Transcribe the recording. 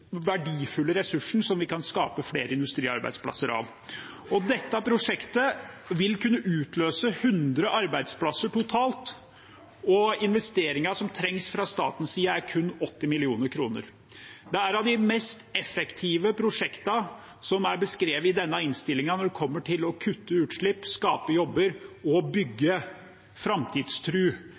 verdifulle ressursen som vi kan skape flere industriarbeidsplasser av. Dette prosjektet vil kunne utløse 100 arbeidsplasser totalt, og investeringen som trengs fra statens side, er kun 80 mill. kr. Dette er av de mest effektive prosjektene som er beskrevet i denne innstillingen når det gjelder å kutte utslipp, skape jobber og bygge